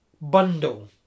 bundle